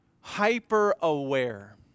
hyper-aware